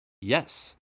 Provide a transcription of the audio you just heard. yes